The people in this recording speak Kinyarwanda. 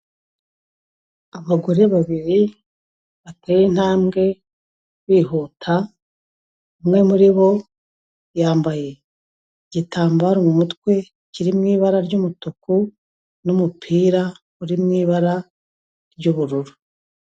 Abagore babiri, bateye intambwe bihuta, umwe muri bo, yambaye igitambaro mu mutwe kiri mu ibara ry'umutuku n'umupira uri mu ibara ry'ubururu.